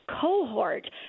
cohort